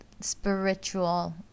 spiritual